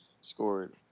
Scored